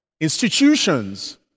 Institutions